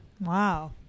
Wow